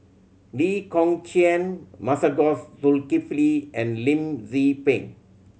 Lee Kong Chian Masagos Zulkifli and Lim Tze Peng